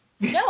No